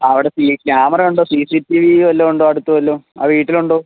അവിടെ ക്യാമറ ഉണ്ടോ C C T V വല്ലതും ഉണ്ടോ അടുത്ത് വല്ലതും ആ വീട്ടിൽ ഉണ്ടോ